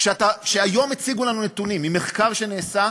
היום הציגו לנו נתונים ממחקר שנעשה,